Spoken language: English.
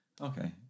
Okay